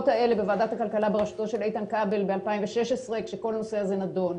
האלה בוועדת הכלכלה בראשותו של איתן כבל ב-2016 כשכל הנושא הזה נדון.